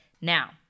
Now